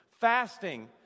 Fasting